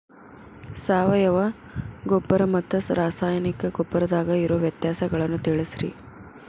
ಸಾವಯವ ಗೊಬ್ಬರ ಮತ್ತ ರಾಸಾಯನಿಕ ಗೊಬ್ಬರದಾಗ ಇರೋ ವ್ಯತ್ಯಾಸಗಳನ್ನ ತಿಳಸ್ರಿ